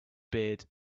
beard